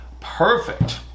perfect